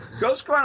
Ghost